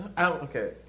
Okay